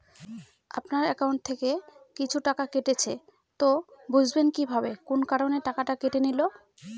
আপনার একাউন্ট থেকে কিছু টাকা কেটেছে তো বুঝবেন কিভাবে কোন কারণে টাকাটা কেটে নিল?